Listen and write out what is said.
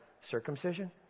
circumcision